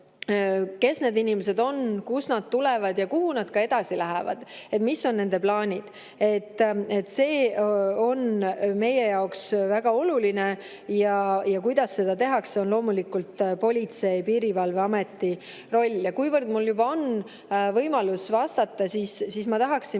Kes need inimesed on, kust nad tulevad ja kuhu nad edasi lähevad, mis on nende plaanid – see on meie jaoks väga oluline. Ja kuidas seda tehakse, on loomulikult Politsei- ja Piirivalveameti roll. Ja kui mul juba on võimalus vastata, siis ma tahaksin